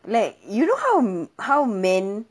like you know how how men